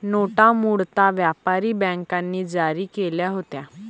नोटा मूळतः व्यापारी बँकांनी जारी केल्या होत्या